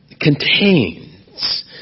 contains